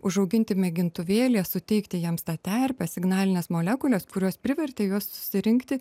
užauginti mėgintuvėlyje suteikti jiems tą terpę signalines molekules kurios privertė juos susirinkti